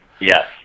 Yes